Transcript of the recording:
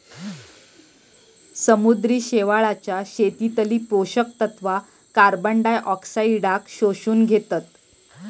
समुद्री शेवाळाच्या शेतीतली पोषक तत्वा कार्बनडायऑक्साईडाक शोषून घेतत